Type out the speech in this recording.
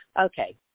Okay